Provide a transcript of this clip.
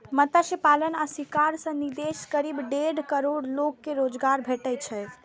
मत्स्य पालन आ शिकार सं देशक करीब डेढ़ करोड़ लोग कें रोजगार भेटै छै